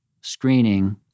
screening